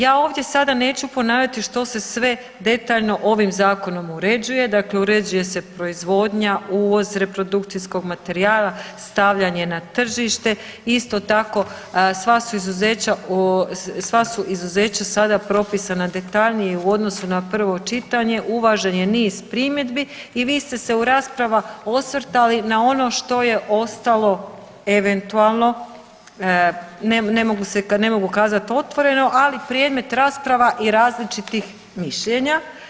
Ja ovdje sada neću ponavljati što se sve detaljno ovim zakonom uređuje, dakle uređuje se proizvodnja, uvoz reprodukcijskog materijala, stavljanje na tržište, isto tako sva su izuzeća, sva su izuzeća sada propisana detaljnije u odnosu na prvo čitanje, uvažen je niz primjedbi i vi ste se u rasprava osvrtali na ono što je ostalo eventualno, ne mogu se, ne mogu kazat otvoreno, ali predmet rasprava i različitih mišljenja.